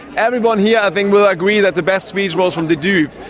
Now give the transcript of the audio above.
everyone here i think will agree that the best speech was from de duve,